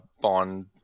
Bond